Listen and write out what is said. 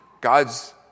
God's